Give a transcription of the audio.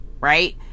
right